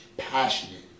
passionate